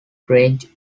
range